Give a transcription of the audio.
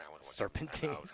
Serpentine